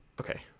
okay